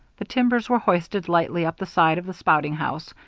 the timbers were hoisted lightly up the side of the spouting house,